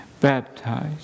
baptized